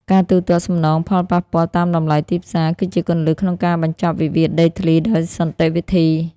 ការទូទាត់សំណងផលប៉ះពាល់តាមតម្លៃទីផ្សារ គឺជាគន្លឹះក្នុងការបញ្ចប់វិវាទដីធ្លីដោយសន្តិវិធី។